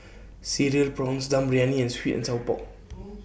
Cereal Prawns Dum Briyani and Sweet and Sour Pork